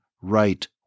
right